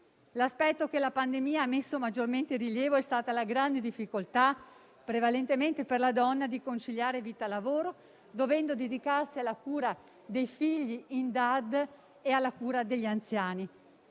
L'aspetto che la pandemia ha messo maggiormente in rilievo è stata la grande difficoltà, prevalentemente per la donna, di conciliare vita e lavoro, dovendo dedicarsi alla cura dei figli in DAD e degli anziani.